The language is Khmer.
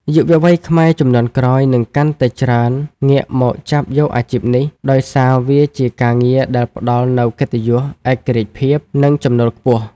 យុវវ័យខ្មែរជំនាន់ក្រោយនឹងកាន់តែច្រើនងាកមកចាប់យកអាជីពនេះ ដោយសារវាជាការងារដែលផ្ដល់នូវកិត្តិយស ឯករាជ្យភាព និងចំណូលខ្ពស់។